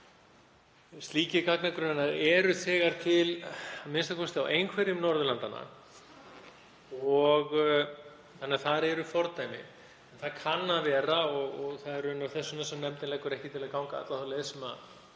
Slíkir gagnagrunnar eru þegar til a.m.k. á einhverjum Norðurlandanna þannig að þar eru fordæmi. Það kann að vera, og það er þess vegna sem nefndin leggur ekki til að ganga þá leið